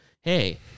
Hey